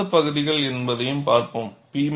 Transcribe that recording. எந்தெந்த பகுதிகள் என்பதையும் பார்ப்போம்